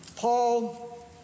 Paul